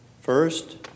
First